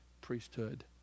priesthood